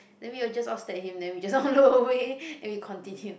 then we all just all stare at him then we just all look away and we continued